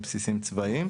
מבסיסים צבאיים,